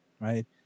right